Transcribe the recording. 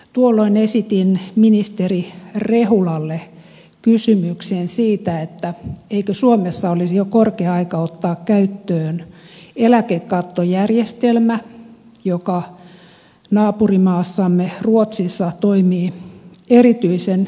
tuolloin esitin ministeri rehulalle kysymyksen siitä eikö suomessa olisi jo korkea aika ottaa käyttöön eläkekattojärjestelmä joka naapurimaassamme ruotsissa toimii erityisen hyvin